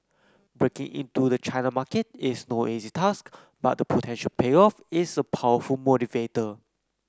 breaking into the China market is no easy task but the potential payoff is a powerful motivator